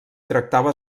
tractava